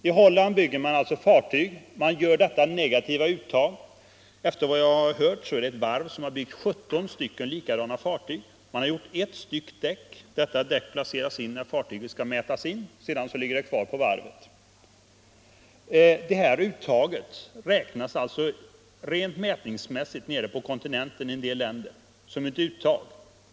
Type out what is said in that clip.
I Holland bygger man alltså fartyg med denna inskärning. Efter vad jag hört har ett varv byggt 17 likadana fartyg. Man har gjort ett däck, och detta placeras in när fartyget skall mätas in, och sedan ligger det kvar på varvet. Den här inskärningen räknas alltså rent mätningsmässigt i en del länder på kontinenten som ett däck.